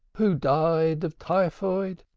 who died of typhoid,